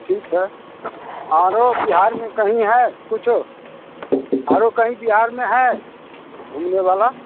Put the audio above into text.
ठीक है आर वो बिहार में कहीं है कुछ अरो कहीं बिहार में है घूमने वाला